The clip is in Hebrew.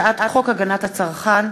הצעת חוק הגנת הצרכן